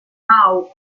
now